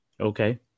Okay